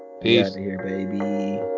Peace